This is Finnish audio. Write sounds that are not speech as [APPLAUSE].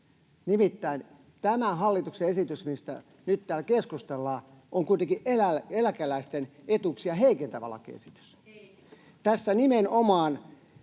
nimittäin tämä hallituksen esitys, mistä nyt täällä keskustellaan, on kuitenkin eläkeläisten etuuksia heikentävä lakiesitys. [NOISE]